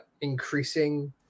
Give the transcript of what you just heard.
increasing